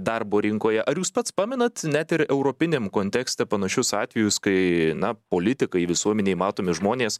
darbo rinkoje ar jūs pats pamenat net ir europiniam kontekste panašius atvejus kai na politikai visuomenėj matomi žmonės